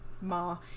Ma